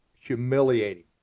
humiliating